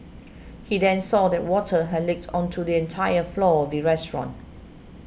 he then saw that water had leaked onto the entire floor of the restaurant